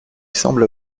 sembla